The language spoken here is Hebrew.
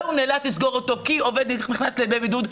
והוא נאלץ לסגור אותו כי עובד נכנס לימי בידוד,